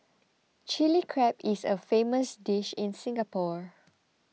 Chilli Crab is a famous dish in Singapore